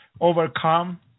overcome